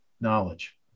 knowledge